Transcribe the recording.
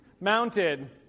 mounted